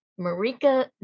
Marika